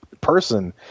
person